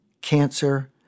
cancer